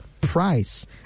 price